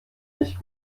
nicht